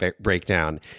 breakdown